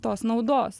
tos naudos